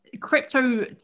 Crypto